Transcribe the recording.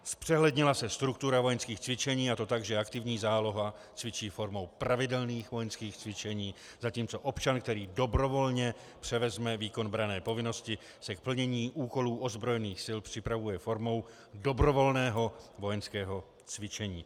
Zpřehlednila se struktura vojenských cvičení, a to tak, že aktivní záloha cvičí formou pravidelných vojenských cvičení, zatímco občan, který dobrovolně převezme výkon branné povinnosti, se k plnění úkolů ozbrojených sil připravuje formou dobrovolného vojenského cvičení.